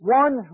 one